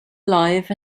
life